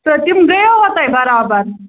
تہٕ تِم گٔیوا تۄہہِ برابر